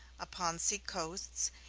upon sea-coasts,